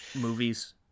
movies